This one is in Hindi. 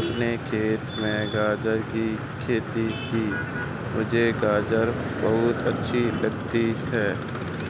अपने खेत में गाजर की खेती की है मुझे गाजर बहुत अच्छी लगती है